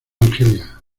argelia